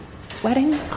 sweating